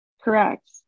Correct